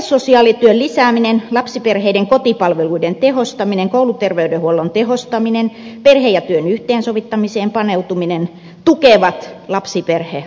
perhesosiaalityön lisääminen lapsiperheiden kotipalveluiden tehostaminen kouluterveydenhuollon tehostaminen perheen ja työn yhteensovittamiseen paneutuminen tukevat lapsiperhearkea